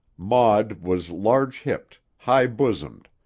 maud was large-hipped, high-bosomed,